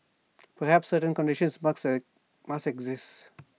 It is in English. perhaps certain conditions must exist